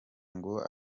ngo